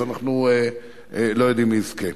אנחנו לא יודעים מי יזכה.